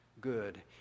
good